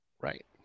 Right